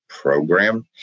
Program